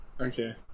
Okay